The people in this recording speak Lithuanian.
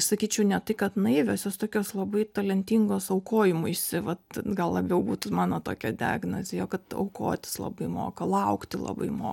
sakyčiau ne tai kad naivios jos tokios labai talentingos aukojimuisi vat gal labiau būtų mano tokia diagnozė jo kad aukotis labai moka laukti labai moka